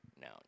no